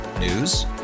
News